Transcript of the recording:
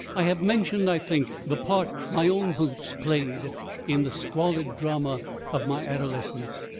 i have mentioned, i think, the part my own boots played in the squalid drama of my adolescence.